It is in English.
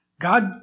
God